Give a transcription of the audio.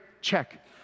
check